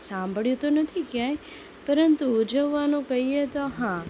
સાંભળ્યું તો નથી ક્યાંય પરંતુ ઉજવવાનું કહીએ તો હા